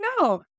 no